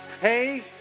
Hey